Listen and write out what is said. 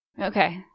Okay